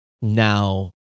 now